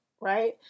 right